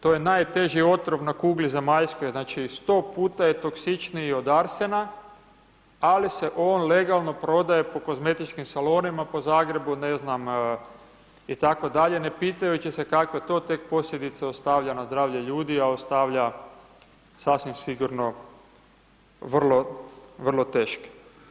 To je najteži otrov na kugli zemaljskoj, znači 100% je toksičniji od arsena, ali se on legalno prodaje po kozmetičkim salonima po Zagrebu, ne znam itd. ne pitajući se kakve to tek posljedice ostavlja na zdravlje ljudi, a ostavlja sasvim sigurno vrlo teške.